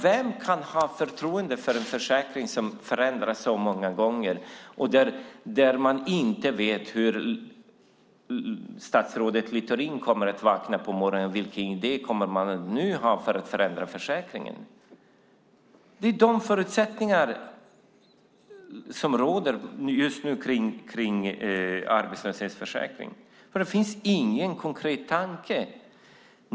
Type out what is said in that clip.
Vem kan ha förtroende för en försäkring som förändras så många gånger och där man inte vet vilken idé statsrådet Littorin kommer att ha om att förändra försäkringen när han vaknar på morgonen? Det är dessa förutsättningar som just nu råder kring arbetslöshetsförsäkringen. Det finns ingen konkret tanke.